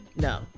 No